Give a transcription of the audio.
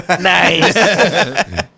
Nice